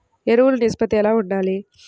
ఎరువులు నిష్పత్తి ఎలా ఉండాలి?